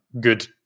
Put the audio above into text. good